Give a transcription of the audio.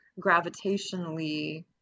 gravitationally